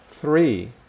three